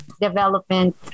development